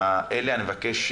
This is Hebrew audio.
בבקשה,